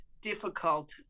difficult